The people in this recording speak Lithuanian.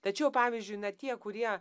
tačiau pavyzdžiui na tie kurie